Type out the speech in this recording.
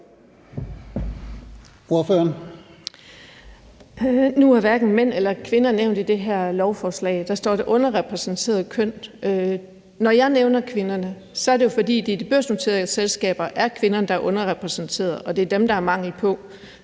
Nu er hverken mænd eller kvinder nævnt i det her lovforslag. Der står »det underrepræsenterede køn«. Når jeg nævner kvinderne, er det jo, fordi det i de børsnoterede selskaber er kvinderne, der er underrepræsenterede, og det er dem, der er mangel på.